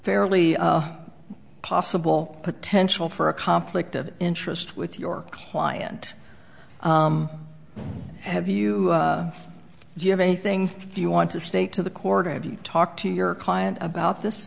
fairly possible potential for a conflict of interest with your client have you do you have anything you want to state to the cord or have you talked to your client about this